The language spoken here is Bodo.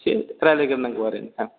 इसे रायलायग्रोनांगौ आरो नोंथां